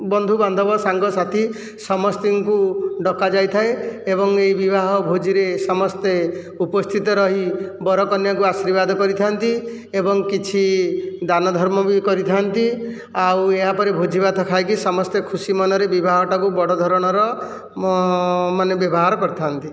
ବନ୍ଧୁବାନ୍ଧବ ସାଙ୍ଗ ସାଥି ସମସ୍ତଙ୍କୁ ଡକାଯାଇଥାଏ ଏବଂ ଏହି ବିବାହ ଭୋଜିରେ ସମସ୍ତେ ଉପସ୍ଥିତ ରହି ବରକନ୍ୟାଙ୍କୁ ଆଶୀର୍ବାଦ କରିଥାନ୍ତି ଏବଂ କିଛି ଦାନ ଧର୍ମ ବି କରିଥାନ୍ତି ଆଉ ଏହା ପରେ ଭୋଜି ଭାତ ଖାଇକି ସମସ୍ତେ ଖୁସି ମନରେ ବିବାହଟାକୁ ବଡ଼ ଧରଣର ମାନେ ବିଭାଘର କରିଥାନ୍ତି